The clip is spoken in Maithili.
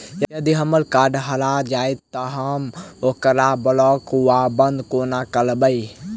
यदि हम्मर कार्ड हरा जाइत तऽ हम ओकरा ब्लॉक वा बंद कोना करेबै?